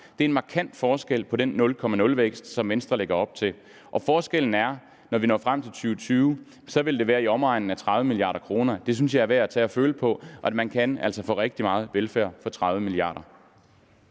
Det er en markant forskel fra den nulvækst, som Venstre lægger op til. Og forskellen er, at det, når vi når frem til 2020, vil være i omegnen af 30 mia. kr. Det synes jeg er værd at tage med, og det kan man føle på. Og man kan altså få rigtig meget velfærd for 30 mia. kr. Kl.